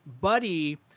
Buddy